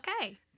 Okay